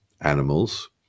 animals